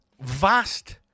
vast